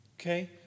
Okay